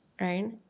right